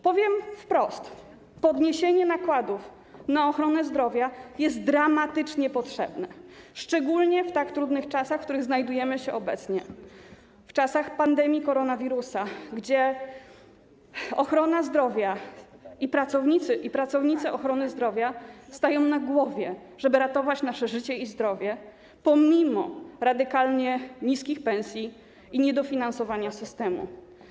Powiem wprost: podniesienie nakładów na ochronę zdrowia jest dramatycznie potrzebne, szczególnie w tak trudnych czasach, w których znajdujemy się obecnie, w czasach pandemii koronawirusa, kiedy ochrona zdrowia i pracownicy ochrony zdrowia stają na głowie, żeby ratować nasze życie i zdrowie pomimo radykalnie niskich pensji i niedofinansowania systemu.